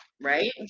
right